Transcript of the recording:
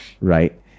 right